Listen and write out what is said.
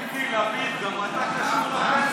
תגיד לי, לפיד, גם אתה קשור לפנסיות?